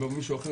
סגור ומסוגר,